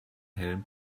hellen